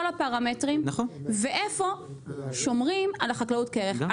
הפרמטרים ואיפה שומרים על החקלאות כערך.